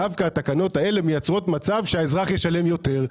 דווקא התקנות האלה מייצרות מצב שהאזרח ישלם יותר.